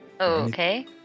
Okay